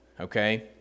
Okay